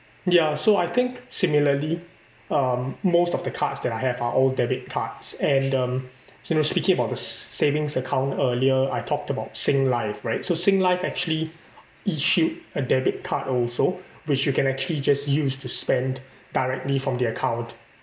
ya so I think similarly um most of the cards that I have are all debit cards and um you know speaking about the savings account earlier I talked about singlife right so singlife actually issued a debit card also which you can actually just use to spend directly from the account